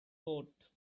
coat